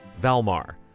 Valmar